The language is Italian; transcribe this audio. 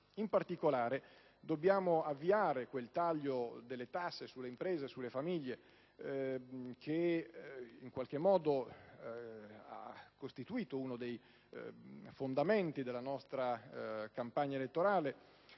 In particolare, dobbiamo avviare il taglio delle tasse sulle imprese e sulle famiglie, tema che ha costituito uno dei fondamenti della nostra campagna elettorale